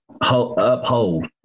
uphold